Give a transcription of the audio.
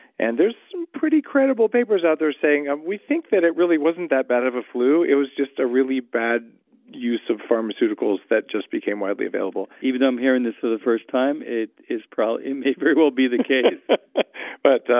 and there's some pretty credible papers out there saying we think that it really wasn't that bad of a flu, it was just a really bad use of pharmaceuticals that just became widely available even though i'm hearing this for the first time, it is probably. it may very well be the case but